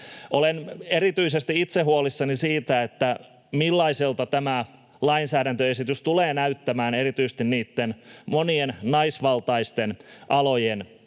Olen erityisesti itse huolissani siitä, millaiselta tämä lainsäädäntöesitys tulee näyttämään erityisesti niitten monien naisvaltaisten alojen näkökulmasta,